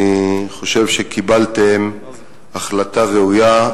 ואני חושב שקיבלתם החלטה ראויה,